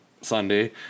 Sunday